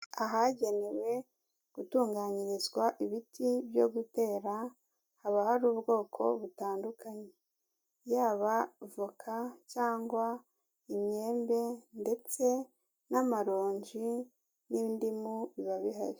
Ahagenewe gutunganyirizwa ibiti byo gutera, haba hari ubwoko butandukanye yaba voka cyangwa imyembe ndetse n'amaronji n'indimu biba bihari.